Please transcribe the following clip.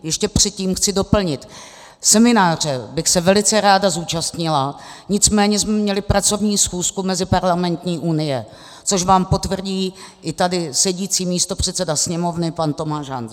Ještě předtím chci doplnit: semináře bych se velice ráda zúčastnila, nicméně jsme měli pracovní schůzku Meziparlamentní unie, což vám potvrdí i tady sedící místopředseda Sněmovny pan Tomáš Hanzel.